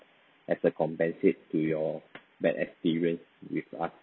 as a compensate to your bad experience with us